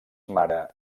mare